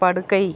படுக்கை